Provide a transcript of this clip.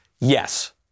yes